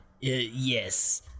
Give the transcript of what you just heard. Yes